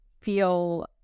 feel